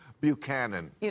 Buchanan